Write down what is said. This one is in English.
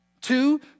Two